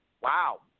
Wow